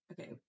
okay